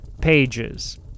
pages